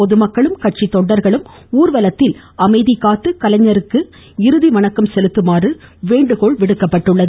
பொதுமக்களும் கட்சி கொண்டர்களும் ஊர்வலத்தில் அமைதி காத்து கலைஞருக்கு இறுதி வணக்கம் செலுத்துமாறு வேண்டுகோள் விடுக்கப்பட்டுள்ளது